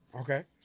Okay